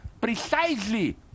precisely